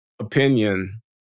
opinion